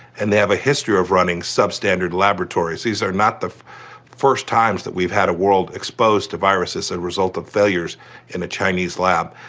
and they have a history of running substandard laboratories. these are not the first times that we've had a world exposed to viruses as a result of failures in a chinese lab.